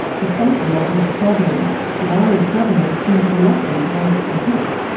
despite the obvious problems, the irish government seems reluctant to ask for help.